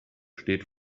steht